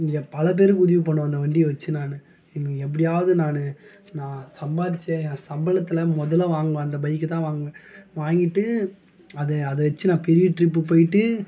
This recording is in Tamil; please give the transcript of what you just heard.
இங்கே பலபேருக்கு உதவி பண்ணணும் அந்த வண்டியை வைச்சி நான் எப்படியாவது நான் நான் சம்பாரிச்சி என் சம்பளத்தில் முதல்ல வாங்குவேன் அந்த பைக்கு தான் வாங்கிவிட்டு அது அது வைச்சு நான் பெரிய ட்ரிப்பு போய்ட்டு